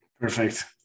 perfect